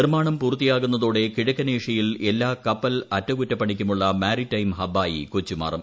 നിർമാണം പൂർത്തിയാകുന്നതോടെ കിഴക്കനേഷ്യയിൽ എല്ലാ കപ്പൽ അറ്റകുറ്റപ്പണിയ്ക്കുമുള്ള മാരിടൈം ഹബ്ബായി കൊച്ചി മാറും